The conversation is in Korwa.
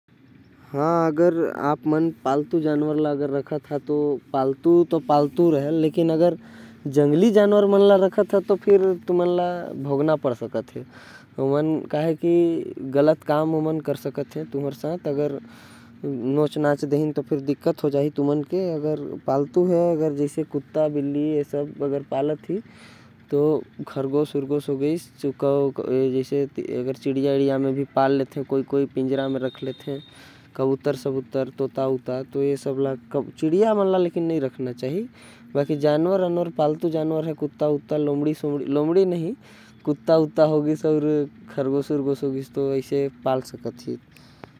कुत्ता बिल्ली खरगोश अउ चिड़िया मन ल। पालतू जानवर बना के रख सकत हवे। लेकिन अगर तै जंगली जानवर मन ल पालतू बना के रखबे तो। तोके परेशानी हो सकत हवे काबर की ओमन खतरनाक होथे। अउ नुकसान पहुँचा सकत हवे। वैसे तो चिड़िया मन ल भी पिंजरा म नही रखना चाही।